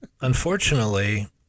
unfortunately